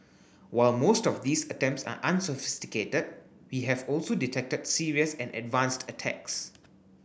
while most of these attempts are unsophisticated we have also detected serious and advanced attacks